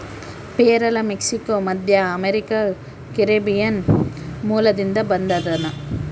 ಪೇರಲ ಮೆಕ್ಸಿಕೋ, ಮಧ್ಯಅಮೇರಿಕಾ, ಕೆರೀಬಿಯನ್ ಮೂಲದಿಂದ ಬಂದದನಾ